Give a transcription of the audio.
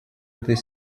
этой